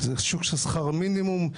זה שוק של שכר מינימום,